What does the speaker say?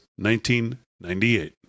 1998